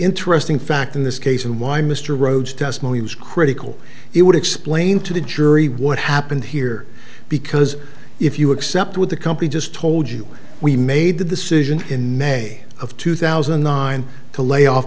interesting fact in this case and why mr rhodes does money was critical it would explain to the jury what happened here because if you accept what the company just told you we made the decision in may of two thousand and nine to layoff